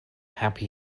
happy